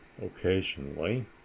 occasionally